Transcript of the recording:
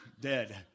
Dead